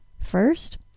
First